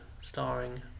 starring